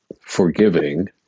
forgiving